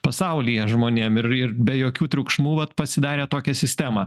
pasaulyje žmonėm ir ir be jokių triukšmų vat pasidarę tokią sistemą